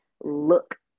look